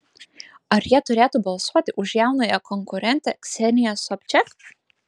ar jie turėtų balsuoti už jaunąją konkurentę kseniją sobčiak